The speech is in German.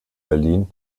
berlin